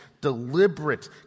deliberate